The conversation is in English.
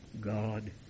God